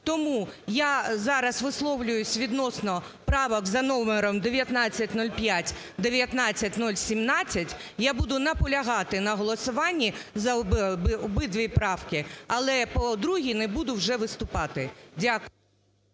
Тому я зараз висловлююсь відносно правок за номером 1905, 1917. Я буду наполягати на голосуванні за обидві правки, але по другій не буду вже виступати. Дякую.